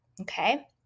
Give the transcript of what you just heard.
okay